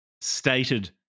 stated